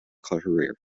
career